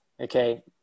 Okay